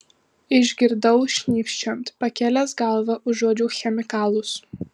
išgirdau šnypščiant pakėlęs galvą užuodžiau chemikalus